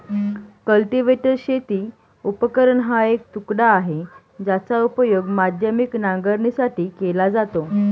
cultivator शेती उपकरण हा एक तुकडा आहे, ज्याचा उपयोग माध्यमिक नांगरणीसाठी केला जातो